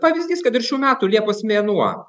pavyzdys kad ir šių metų liepos mėnuo